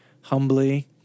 humbly